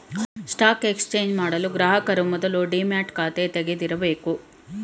stock exchange ಮಾಡಲು ಗ್ರಾಹಕರು ಮೊದಲು ಡಿಮ್ಯಾಟ್ ಖಾತೆ ತೆಗಿದಿರಬೇಕು